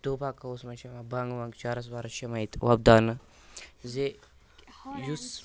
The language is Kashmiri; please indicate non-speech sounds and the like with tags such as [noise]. [unintelligible] منٛز چھِ یِوان بَنٛگ وَنٛگ چرٕس ورٕس چھِ یِوان ییٚتہِ وۄبداونہٕ زِ یُس